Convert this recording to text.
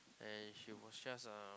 and she was just a